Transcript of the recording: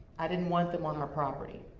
i didn't want them on our property.